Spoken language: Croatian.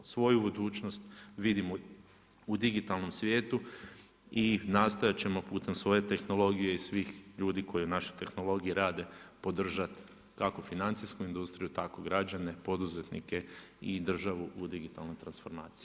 Svoju budućnost vidimo u digitalnom svijetu i nastojat ćemo putem svoje tehnologije i svih ljudi koji u našim tehnologiji rade podržat kako financijsku industriju, tako građane, poduzetnike i državu u digitalnoj transformaciji.